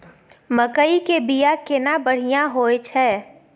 मकई के बीया केना बढ़िया होय छै?